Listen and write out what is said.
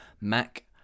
Mac